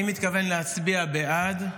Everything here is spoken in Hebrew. אני מתכוון להצביע בעד,